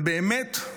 ובאמת,